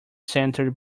center